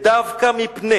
"ודווקא מפני